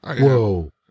whoa